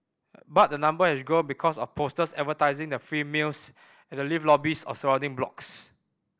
but the number has grown because of posters advertising the free meals at the lift lobbies of surrounding blocks